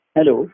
Hello